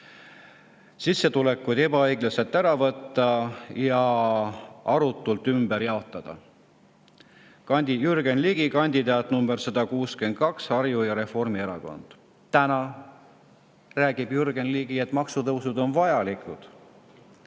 sissetulekuid ebaõiglaselt ära võtta ja arutult ümber jaotada. Jürgen Ligi, kandidaat nr 162 Harju‑ ja Raplamaal. Reformierakond." Täna räägib Jürgen Ligi, et maksutõusud on vajalikud.